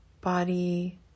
body